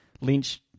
Lynch